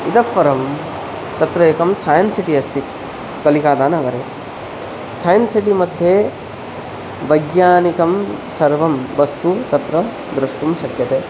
इतः परं तत्र एकं सैन्स् सिटि अस्ति कलिकाता नगरे सैन्स् सिटि मध्ये वैज्ञानिकं सर्वं वस्तु तत्र द्रष्टुं शक्यते